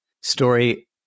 story